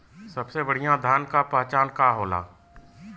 सबसे बढ़ियां धान का पहचान का होला?